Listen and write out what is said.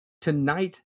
tonight